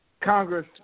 Congress